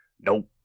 Nope